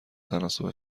تناسب